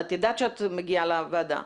ידעת שאת מגיעה לוועדה.